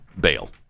bail